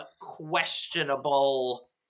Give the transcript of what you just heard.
questionable